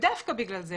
דווקא בגלל זה,